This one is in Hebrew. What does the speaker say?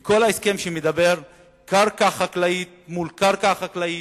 כל ההסכם מדבר על קרקע חקלאית מול קרקע חקלאית,